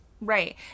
Right